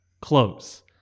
close